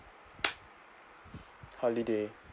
holiday